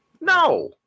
No